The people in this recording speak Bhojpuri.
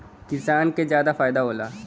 किसान क जादा फायदा होला